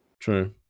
true